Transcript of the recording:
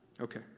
Okay